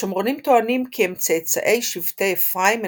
השומרונים טוענים כי הם צאצאי שבטי אפרים,